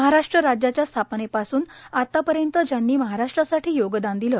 महाराष्ट्र राज्याच्या स्थापनेपासून आतापर्यंत ज्यांनी महाराष्ट्रासाठी योगदान दिलं